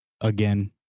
Again